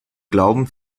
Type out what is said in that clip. glauben